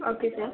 okay sir